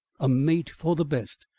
a mate for the best!